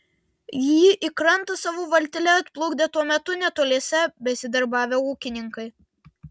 jį į krantą savo valtele atplukdė tuo metu netoliese besidarbavę ūkininkai